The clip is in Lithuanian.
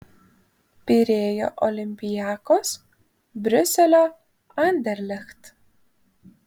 pirėjo olympiakos briuselio anderlecht